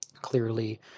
clearly